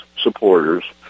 supporters